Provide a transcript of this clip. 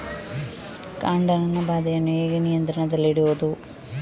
ಕಾಂಡ ನೊಣ ಬಾಧೆಯನ್ನು ಹೇಗೆ ನಿಯಂತ್ರಣದಲ್ಲಿಡುವುದು?